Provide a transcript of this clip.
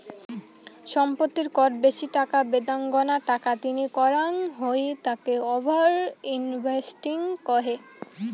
সম্পত্তির কর বেশি টাকা বেদাঙ্গনা টাকা তিনি করাঙ হই তাকে ওভার ইনভেস্টিং কহে